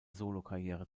solokarriere